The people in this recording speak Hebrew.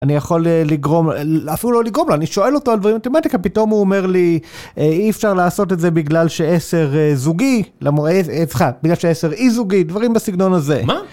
אני יכול לגרום, אפילו לא לגרום, אני שואל אותו על דברים מתמטיקה, פתאום הוא אומר לי אי אפשר לעשות את זה בגלל שעשר זוגי, סליחה, בגלל שעשר אי זוגי, דברים בסגנון הזה.